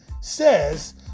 says